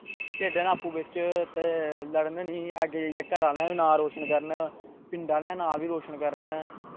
खेढन आपूं बिच्च ते लढ़न निं अग्गैं जाइयै घर आह्लें दा बी नांऽ रोशन करन पिंड आह्लें दा बी नांऽ रोशन करन